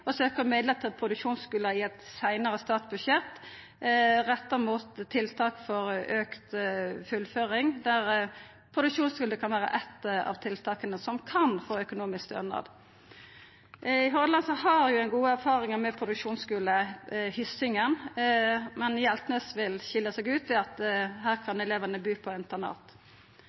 å søkja om midlar til produksjonsskule i eit seinare statsbudsjett, retta mot tiltak for auka fullføring, der produksjonsskule kan vera eitt av tiltaka som kan få økonomisk stønad. I Hordaland har ein gode erfaringar med produksjonsskule – Hyssingen – men Hjeltnes vil skilja seg ut ved at elevane der kan bu på internat.